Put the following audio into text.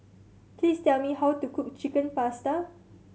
please tell me how to cook Chicken Pasta